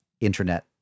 internet